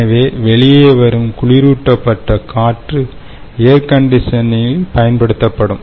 எனவேவெளியே வரும் குளிரூட்டப்பட்ட காற்று ஏர்கண்டிஷனில் பயன்படுத்தப்படும்